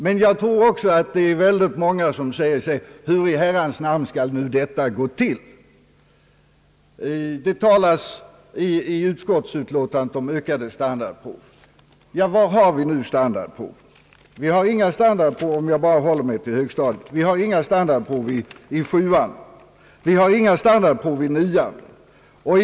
Men jag tror också att det är många som frågar sig hur det skall gå till att nå detta mål. Det talas i utskottsutlåtandet om ökat antal standardprov. Var har vi nu standardprov? Jag håller mig först till grundskolans högstadium. Vi har inga standardprov i 7:an, vi har inga standardprov i 9:an.